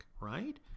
right